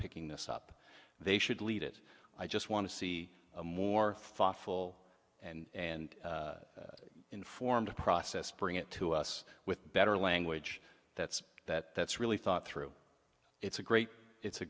picking this up they should lead it i just want to see a more thoughtful and informed process bring it to us with better language that's that that's really thought through it's a great it's a